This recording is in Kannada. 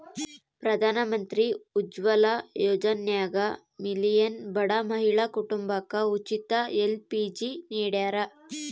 ಪ್ರಧಾನಮಂತ್ರಿ ಉಜ್ವಲ ಯೋಜನ್ಯಾಗ ಮಿಲಿಯನ್ ಬಡ ಮಹಿಳಾ ಕುಟುಂಬಕ ಉಚಿತ ಎಲ್.ಪಿ.ಜಿ ನಿಡ್ಯಾರ